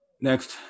Next